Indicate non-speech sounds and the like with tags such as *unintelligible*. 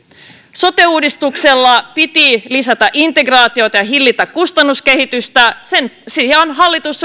sote uudistuksella piti lisätä integraatiota ja hillitä kustannuskehitystä sen sijaan hallitus *unintelligible*